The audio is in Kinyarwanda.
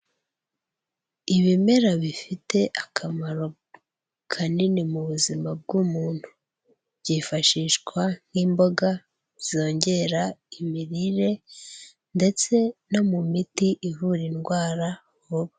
Ibimera bifite akamaro kanini mu buzima bw'umuntu, byifashishwa nk'imboga zongera imirire ndetse no mu miti ivura indwara vuba.